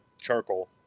charcoal